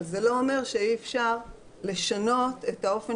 אבל זה לא אומר שאי אפשר לשנות את האופן